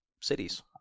cities